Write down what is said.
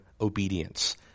obedience